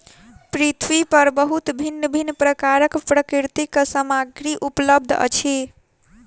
पृथ्वी पर बहुत भिन्न भिन्न प्रकारक प्राकृतिक सामग्री उपलब्ध अछि